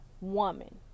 woman